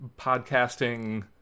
podcasting